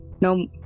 No